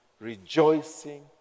rejoicing